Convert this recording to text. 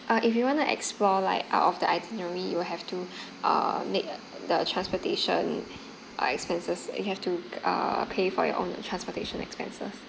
uh if you want to explore like out of the itinerary you will have to uh make uh the transportation uh expenses you have to uh pay for your own uh transportation expenses